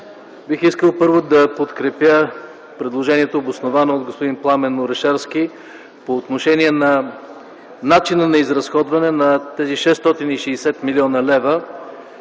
бих искал да подкрепя предложението, обосновано от господин Пламен Орешарски по отношение на начина на изразходване на тези 660 млн. лв.,